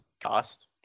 cost